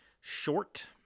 short